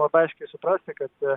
labai aiškiai suprasti kad